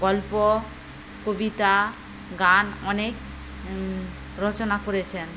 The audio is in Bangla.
গল্প কবিতা গান অনেক রচনা করেছেন